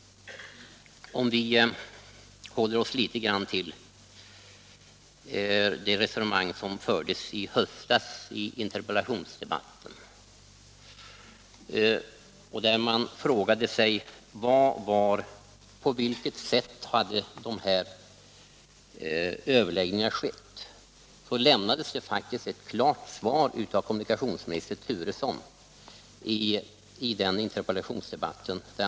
I interpellationsdebatten i höstas frågades på vilket sätt de här överläggningarna hade skett. Då lämnade faktiskt kommunikationsminister Turesson ett klart svar.